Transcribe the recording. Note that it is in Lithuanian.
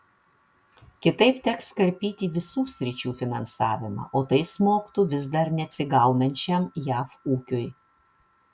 kitaip teks karpyti visų sričių finansavimą o tai smogtų vis dar neatsigaunančiam jav ūkiui